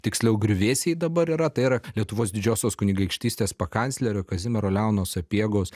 tiksliau griuvėsiai dabar yra tai yra lietuvos didžiosios kunigaikštystės pakanclerio kazimiero leono sapiegos